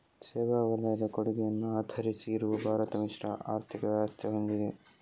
ಸೇವಾ ವಲಯದ ಕೊಡುಗೆಯನ್ನ ಆಧರಿಸಿ ಇರುವ ಭಾರತ ಮಿಶ್ರ ಆರ್ಥಿಕ ವ್ಯವಸ್ಥೆ ಹೊಂದಿದೆ